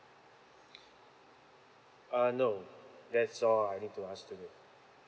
uh no that's all I need to ask today